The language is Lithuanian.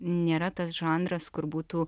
nėra tas žanras kur būtų